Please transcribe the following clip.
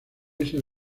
ese